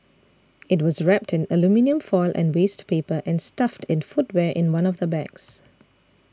it was wrapped in aluminium foil and waste paper and stuffed in footwear in one of the bags